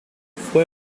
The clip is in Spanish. fue